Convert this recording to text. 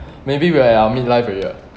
maybe we are in our mid life already ah